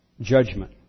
judgment